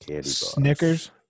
Snickers